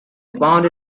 found